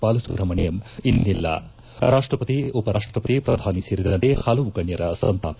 ಬಾಲಸುಬ್ರಮಣ್ಣಂ ಇನ್ನಿಲ್ಲ ರಾಷ್ಟಪತಿ ಉಪ ರಾಷ್ಟಪತಿ ಪ್ರಧಾನಿ ಸೇರಿದಂತೆ ಪಲವು ಗಣ್ಣರ ಸಂತಾಪ